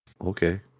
Okay